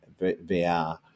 vr